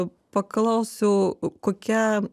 paklausiu kokia